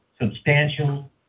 substantial